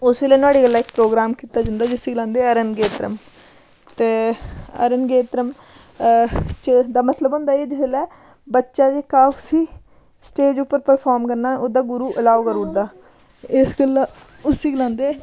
उस बेल्लै नोआड़े गल्लै इक प्रोग्राम कीता जंदा जिसी गलांदे रंगेतरम ते रंगेतरम च दा मतलब होंदा जेह्दे थल्लै बच्चा जेह्का उसी स्टेज उप्पर प्रफार्म करना ओहदा गुरू अलोउ कर ओड़दा ते इस गल्लै उसी गलांदे